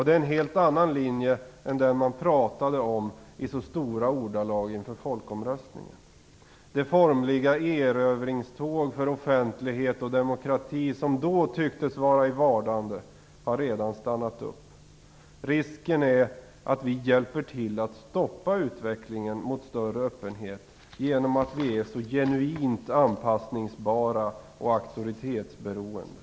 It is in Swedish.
Det är en helt annan linje än den man pratade om i så stora ordalag inför folkomröstningen. Det formliga erövringståg för offentlighet och demokrati som då tycktes vara i vardande har redan stannat upp. Risken är att vi hjälper till att stoppa utvecklingen mot större öppenhet, genom att vi är så genuint anpassningsbara och auktoritetsberoende.